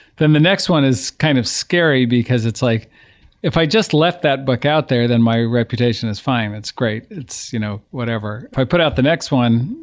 then the next one is kind of scary, because like if i just left that book out there then my reputation is fine, it's great, it's you know whatever if i put out the next one,